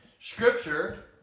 scripture